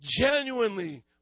genuinely